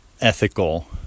ethical